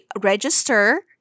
register